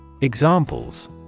Examples